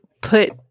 put